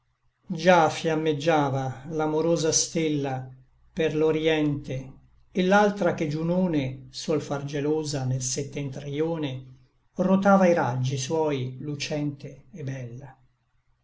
già fiammeggiava l'amorosa stella per l'orïente et l'altra che giunone suol far gelosa nel septentrïone rotava i raggi suoi lucente et bella